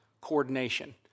coordination